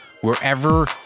wherever